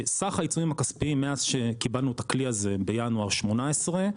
סך העיצומים הכספיים מאז שקיבלנו את הכלי הזה בינואר 2018,